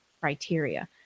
criteria